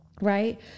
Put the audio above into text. right